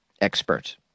expert